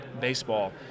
baseball